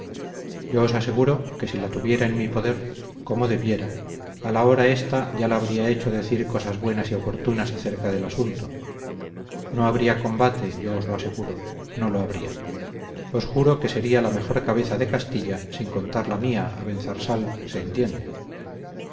yo os aseguro que si la tuviera en mi poder como debiera a la hora esta ya la habría hecho decir cosas buenas y oportunas acerca del asunto no habría combate yo os lo aseguro no lo habría os juro que esa sería la mejor cabeza de castilla sin contar la mía abenzarsal se entiende